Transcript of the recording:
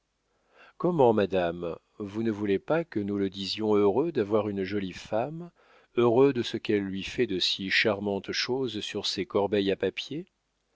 comment madame vous ne voulez pas que nous le disions heureux d'avoir une jolie femme heureux de ce qu'elle lui fait de si charmantes choses sur ses corbeilles à papier